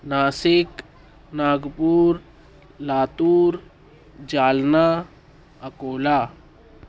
Nashik Nagpur Latur Jalna Akola